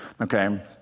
Okay